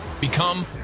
Become